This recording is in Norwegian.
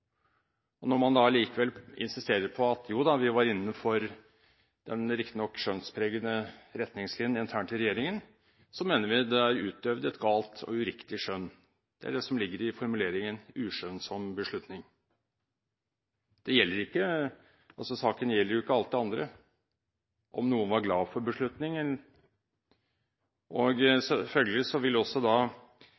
utøvet. Når man da likevel insisterer på at, joda, man var innenfor – de riktignok skjønnspregede – retningslinjene internt i regjeringen, mener vi det er utøvet et galt og uriktig skjønn. Det er det som ligger i formuleringen «uskjønnsom beslutning». Saken gjelder jo ikke alt det andre, f.eks. om noen var glad for beslutningen.